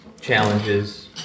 challenges